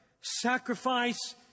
sacrifice